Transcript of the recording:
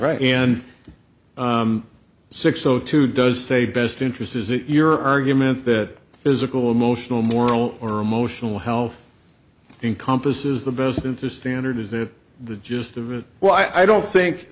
right in six zero two does say best interest is your argument that physical emotional moral or emotional health encompasses the best interest standard is that the gist of it well i don't think